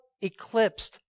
eclipsed